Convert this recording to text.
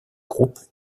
groupe